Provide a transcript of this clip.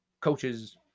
coaches